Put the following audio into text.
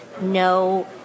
no